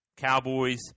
Cowboys